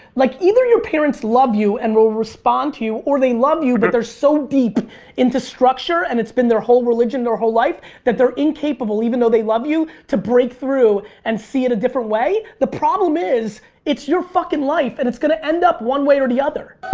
like either your parents love you and will respond to you or they love you but they're so deep into structure and it's been their whole religion their whole life that they're incapable even though they love you to break through and see it a different way. the problem is it's your fucking life and it's gonna end up one way or the other.